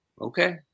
okay